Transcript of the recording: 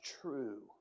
true